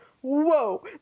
whoa